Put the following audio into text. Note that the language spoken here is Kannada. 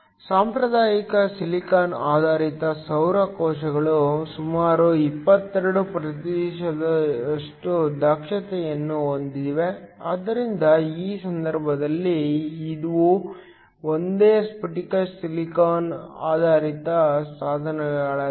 ಸಾಂಪ್ರದಾಯಿಕ ಸಿಲಿಕಾನ್ ಆಧಾರಿತ ಸೌರ ಕೋಶಗಳು ಸುಮಾರು 22 ಪ್ರತಿಶತದಷ್ಟು ದಕ್ಷತೆಯನ್ನು ಹೊಂದಿವೆ ಆದ್ದರಿಂದ ಈ ಸಂದರ್ಭದಲ್ಲಿ ಇವು ಒಂದೇ ಸ್ಫಟಿಕ ಸಿಲಿಕಾನ್ ಆಧಾರಿತ ಸಾಧನಗಳಾಗಿವೆ